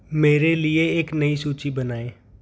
मेरे लिए एक नई सूची बनाएँ